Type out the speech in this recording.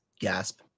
gasp